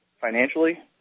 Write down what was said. financially